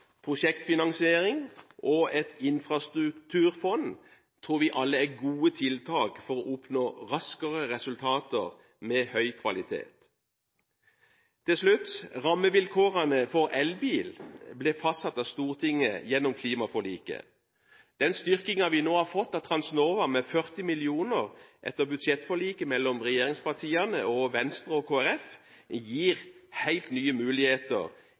prosjektfinansiering og et infrastrukturfond tror vi alle er gode tiltak for å oppnå raskere resultater med høy kvalitet. Til slutt: Rammevilkårene for elbil ble fastsatt av Stortinget gjennom klimaforliket. Den styrkingen som vi nå har fått av Transnova med 40 mill. kr etter budsjettforliket mellom regjeringspartiene, Venstre og Kristelig Folkeparti, gir helt nye muligheter